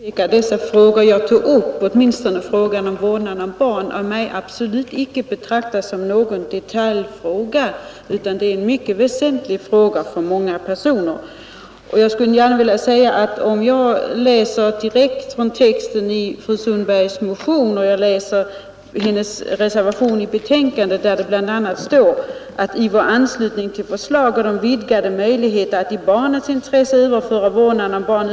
Nr 105 Herr talman! Det är fråga om två olika förslag. I propositionen Onsdagen den föreslås detta med vårdnaden att gälla även fall där mannen icke har 30 maj 1973 sammanlevt med kvinnan och barnet. Det tycker jag är en helt annan sak —-— Aktenskapslagstift än vid separering av sammanboende som har bildat en familj.